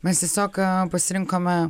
mes tiesiog pasirinkome